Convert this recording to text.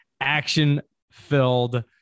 action-filled